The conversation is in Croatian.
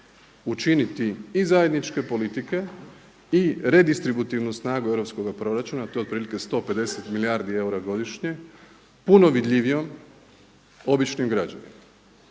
učiniti i zajedničke politike i redistributivnu snagu europskoga proračuna, a to je otprilike 150 milijardi eura godišnje puno vidljivijom običnim građanima